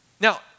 Now